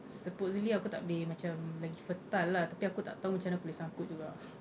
supposedly aku tak boleh macam lagi fertile lah tapi aku tak tahu macam mana aku boleh sangkut juga